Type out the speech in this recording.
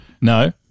No